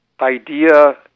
idea